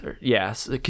Yes